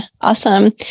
Awesome